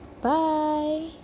Bye